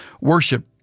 Worship